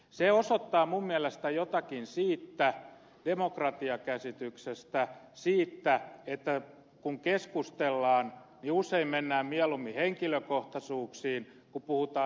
se osoittaa minun mielestäni jotakin siitä demokratiakäsityksestä siitä että kun keskustellaan niin usein mennään mieluummin henkilökohtaisuuksiin kuin puhutaan itse asiasta